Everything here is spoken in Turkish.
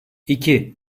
iki